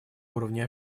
уровне